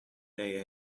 day